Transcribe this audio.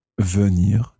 venir